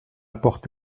porte